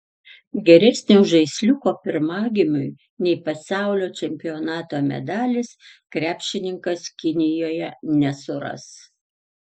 geresnio žaisliuko pirmagimiui nei pasaulio čempionato medalis krepšininkas kinijoje nesuras